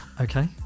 Okay